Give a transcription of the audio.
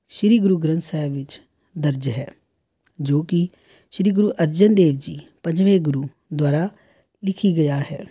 ਸ਼੍ਰੀ ਗੁਰੂ ਗ੍ਰੰਥ ਸਾਹਿਬ ਵਿੱਚ ਦਰਜ ਹੈ ਜੋ ਕਿ ਸ਼੍ਰੀ ਗੁਰੂ ਅਰਜਨ ਦੇਵ ਜੀ ਪੰਜਵੇਂ ਗੁਰੂ ਦੁਆਰਾ ਲਿਖੀ ਗਿਆ ਹੈ